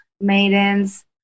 maidens